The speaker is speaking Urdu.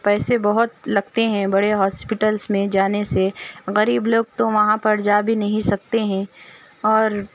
پیسے بہت لگتے ہیں بڑے ہاسپیٹلس میں جانے سے غریب لوگ تو وہاں پر جا بھی نہیں سکتے ہیں اور